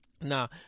Now